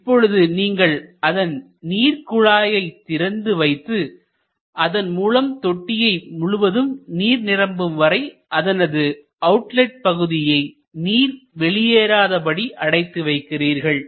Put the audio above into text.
இப்பொழுது நீங்கள் அதன் நீர்க்குழாய்யை திறந்து வைத்து அதன்மூலம் தொட்டியை முழுவதும் நீர் நிரம்பும் வரை அதனது அவுட்லெட் பகுதியை நீர் வெளியேறாதபடி அடைத்து வைக்கிறீர்கள்